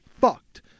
fucked